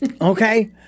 Okay